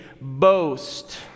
boast